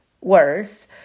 worse